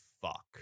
fuck